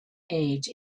age